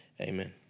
amen